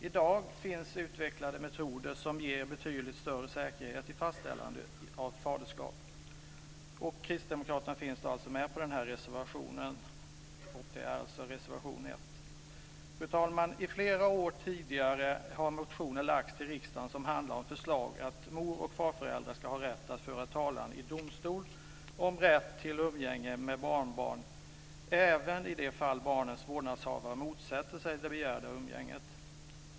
I dag finns utvecklade metoder som ger betydligt större säkerhet vid fastställande av faderskap. Kristdemokraterna står alltså bakom denna reservation, nr 1. Fru talman! I flera år har motioner väckts till riksdagen som handlar om att mor och farföräldrar ska ha rätt att föra talan i domstol om rätt till umgänge med barnbarn även i de fall barnens vårdnadshavare motsätter sig det begärda umgänget.